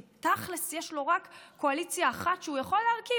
כי תכל'ס יש לו רק קואליציה אחת שהוא יכול להרכיב.